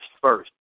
first